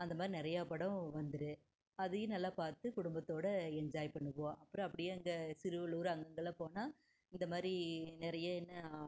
அந்த மாதிரி நிறையா படம் வந்துரு அதையும் நல்லா பார்த்து குடும்பத்தோட என்ஜாய் பண்ணுவோம் அப்புறம் அப்படியே அங்கே சிறுவலூர் அங்கெங்கல்லாம் போனால் இந்த மாதிரி நிறைய என்ன